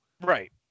Right